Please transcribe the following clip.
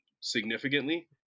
significantly